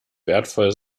wertvoll